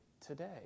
today